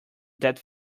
that